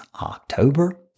October